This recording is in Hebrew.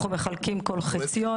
אנחנו מחלקים כל חציון.